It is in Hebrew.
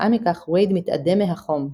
וכתוצאה מכך וייד מתאדה מהחום.